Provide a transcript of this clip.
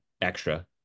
extra